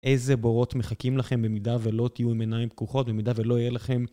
איזה בורות מחכים לכם במידה ולא תהיו עם עיניים פקוחות, במידה ולא יהיה לכם...